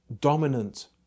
dominant